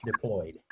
deployed